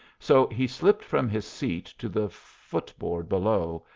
so he slipped from his seat to the footboard below,